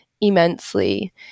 immensely